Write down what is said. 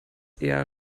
eher